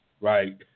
Right